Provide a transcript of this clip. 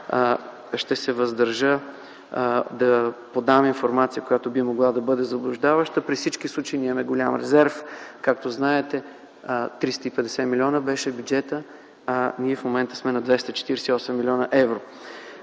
ще се въздържа да подам информация, която би могла да бъде заблуждаваща. При всички случаи имаме голям резерв. Както знаете, бюджетът беше 350 млн. лв., а ние в момента сме на 248 млн. евро.